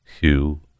Hugh